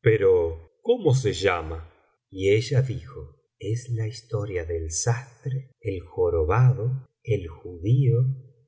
pero cómo se llama y ella dijo es la historia del sastre el jorobado el judío